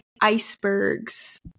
icebergs